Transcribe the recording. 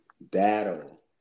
Battle